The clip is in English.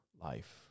life